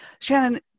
Shannon